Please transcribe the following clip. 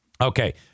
Okay